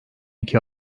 iki